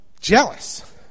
Jealous